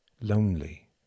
lonely